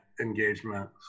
engagement